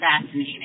fascinating